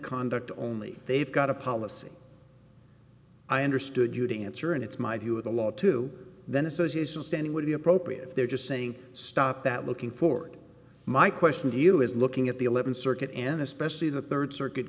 conduct only they've got a policy i understood you to answer and it's my view of the law to the association's standing would be appropriate if they're just saying stop that looking forward my question to you is looking at the eleventh circuit and especially the third circuit